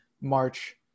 March